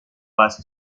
was